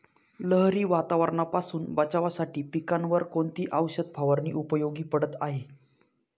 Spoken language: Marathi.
लहरी वातावरणापासून बचावासाठी पिकांवर कोणती औषध फवारणी उपयोगी पडत आहे?